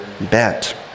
bet